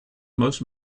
most